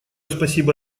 спасибо